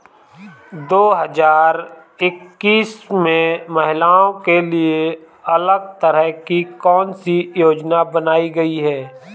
दो हजार इक्कीस में महिलाओं के लिए अलग तरह की कौन सी योजना बनाई गई है?